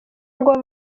ngo